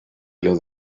los